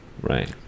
Right